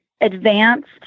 advanced